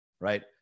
right